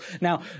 Now